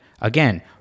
Again